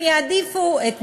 הם יעדיפו את נהריה,